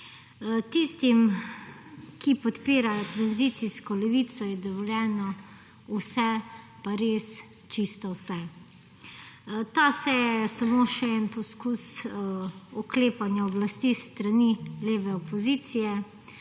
Tistim, ki podpirajo tranzicijsko levico je dovoljeno vse pa res čisto vse. Ta seja je samo še eden poizkus oklepanja oblasti s strani leve opozicije